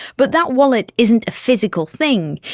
but that wallet isn't a physical thing,